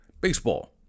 baseball